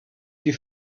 die